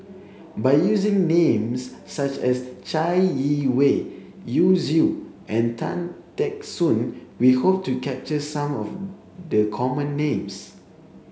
by using names such as Chai Yee Wei Yu Zhu and Tan Teck Soon we hope to capture some of the common names